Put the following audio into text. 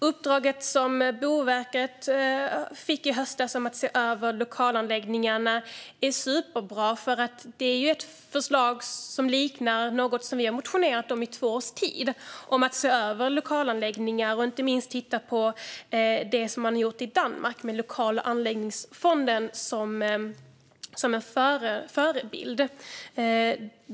Uppdraget som Boverket fick i höstas att se över lokalanläggningarna är superbra, för det är ett förslag som liknar något som vi har motionerat om i två års tid - att se över lokalanläggningarna med det man gjort i Danmark med lokal och anläggningsfonden som förebild.